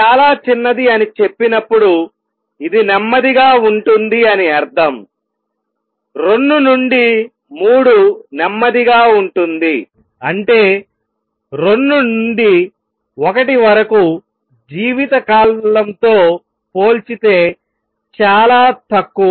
చాలా చిన్నది అని చెప్పినప్పుడు ఇది నెమ్మదిగా ఉంటుంది అని అర్థం 2 నుండి 3 నెమ్మదిగా ఉంటుంది అంటే 2 నుండి 1 వరకు జీవిత కాలంతో పోల్చితే చాలా తక్కువ